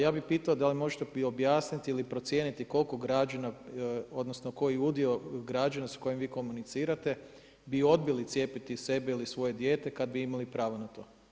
Ja bih pitao da li možete mi objasniti ili procijeniti koliko građana, odnosno koji udio građana s kojim vi komunicirate bi odbili cijepiti sebe ili svoje dijete kad bi imali pravo na to?